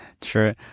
True